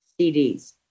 CDs